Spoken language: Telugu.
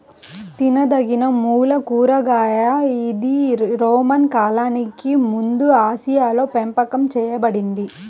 తినదగినమూల కూరగాయ ఇది రోమన్ కాలానికి ముందుఆసియాలోపెంపకం చేయబడింది